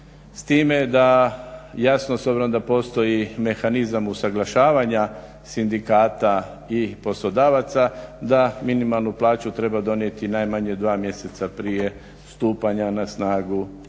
S time da, jasno s obzirom da postoji mehanizam usuglašavanja sindikata i poslodavaca, da minimalnu plaću treba donijeti najmanje 2 mjeseca prija stupanja na snagu